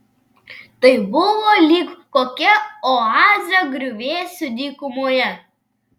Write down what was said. tai buvo lyg kokia oazė griuvėsių dykumoje